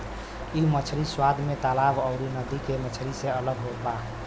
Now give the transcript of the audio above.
इ मछरी स्वाद में तालाब अउरी नदी के मछरी से अलग होत बा